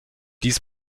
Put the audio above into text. dies